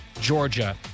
Georgia